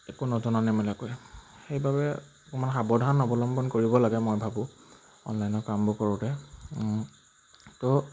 একো নজনা নেমেলাকৈ সেইবাবে অকণমান সাৱধান অৱলম্বন কৰিব লাগে মই ভাবোঁ অনলাইনৰ কামবোৰ কৰোঁতে তো